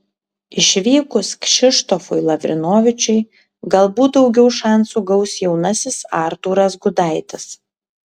išvykus kšištofui lavrinovičiui galbūt daugiau šansų gaus jaunasis artūras gudaitis